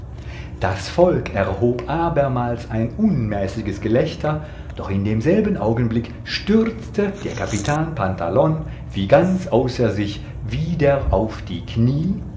das volk erhob abermals ein unmäßiges gelächter doch in demselben augenblick stürzte der capitan pantalon wie ganz außer sich nieder auf die knie